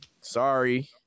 sorry